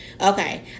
Okay